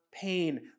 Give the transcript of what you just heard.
pain